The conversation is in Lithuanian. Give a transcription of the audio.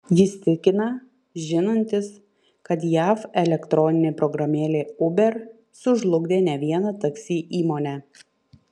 jis tikina žinantis kad jav elektroninė programėlė uber sužlugdė ne vieną taksi įmonę